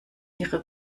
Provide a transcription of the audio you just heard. ihre